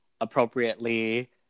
appropriately